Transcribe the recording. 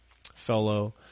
fellow